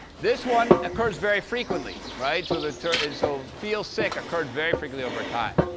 this one occurs very frequently, right? so the term so feel sick occurred very frequently over time.